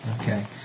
Okay